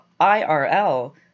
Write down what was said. IRL